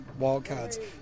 wildcards